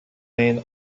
این